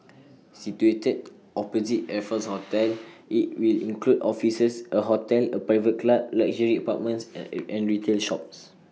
situated opposite Raffles hotel IT will include offices A hotel A private club luxury apartments and retail shops